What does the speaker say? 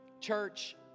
Church